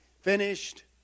finished